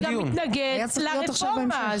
היה צריך להיות עכשיו המשך.